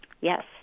Yes